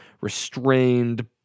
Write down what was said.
restrained